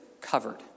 covered